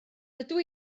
dydw